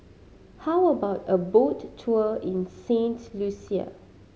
how about a boat tour in Saint Lucia